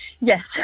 Yes